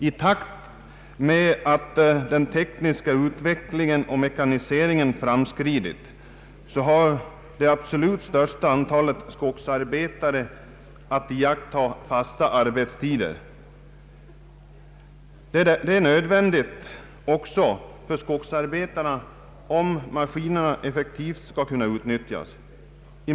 I takt med att den tekniska utvecklingen och mekaniseringen framskridit har det absolut övervägande antalet skogsarbetare att iaktta fasta arbetstider. Detta är nödvändigt också för skogsarbetarna, om maskinerna skall kunna utnyttjas effektivt.